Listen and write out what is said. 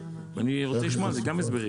אני רוצה לשמוע על זה גם הסברים,